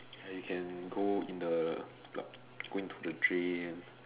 ya you can go in the block go into the drain